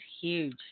huge